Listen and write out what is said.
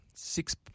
Six